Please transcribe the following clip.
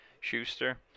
Schuster